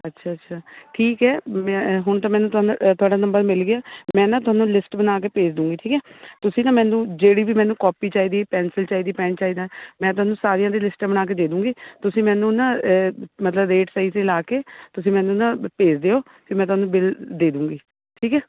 ਅੱਛਾ ਅੱਛਾ ਠੀਕ ਹੈ ਮੈਂ ਹੁਣ ਤਾਂ ਮੈਨੂੰ ਤੁਹਾਡਾ ਨੰਬਰ ਮਿਲ ਗਿਆ ਮੈਂ ਨਾ ਤੁਹਾਨੂੰ ਲਿਸਟ ਬਣਾ ਕੇ ਭੇਜਦੂੰਗੀ ਠੀਕ ਹੈ ਤੁਸੀਂ ਨਾ ਮੈਨੂੰ ਜਿਹੜੀ ਵੀ ਮੈਨੂੰ ਕੋਪੀ ਚਾਹੀਦੀ ਪੈਨਸਲ ਚਾਹੀਦੀ ਪੈੱਨ ਚਾਹੀਦਾ ਮੈਂ ਤੁਹਾਨੂੰ ਸਾਰੀਆਂ ਦੀ ਲਿਸਟ ਬਣਾ ਕੇ ਦੇ ਦੂੰਗੀ ਤੁਸੀਂ ਮੈਨੂੰ ਨਾ ਮਤਲਬ ਰੇਟ ਸਹੀ ਸਹੀ ਲਾ ਕੇ ਤੁਸੀਂ ਮੈਨੂੰ ਨਾ ਭੇਜ ਦਿਓ ਅਤੇ ਮੈਂ ਤੁਹਾਨੂੰ ਬਿੱਲ ਦੇ ਦੂੰਗੀ ਠੀਕ ਹੈ